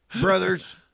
Brothers